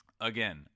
again